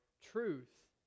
truth